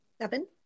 Seven